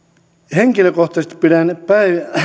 henkilökohtaisesti